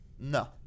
No